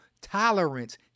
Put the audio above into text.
tolerance